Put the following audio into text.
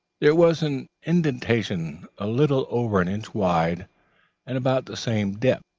there was an indentation a little over an inch wide and about the same depth.